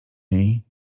niej